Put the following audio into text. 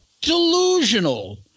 Delusional